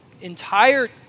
entire